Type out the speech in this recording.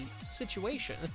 situation